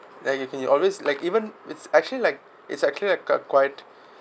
then you can you always like even it's actually like it's actually like a quite